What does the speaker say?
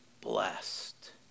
blessed